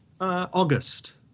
August